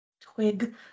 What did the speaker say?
Twig